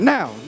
Now